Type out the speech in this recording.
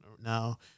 Now